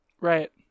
Right